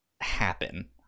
happen